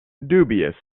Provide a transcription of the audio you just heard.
dubious